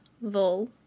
Vol